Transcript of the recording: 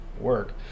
work